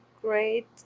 great